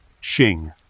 Shing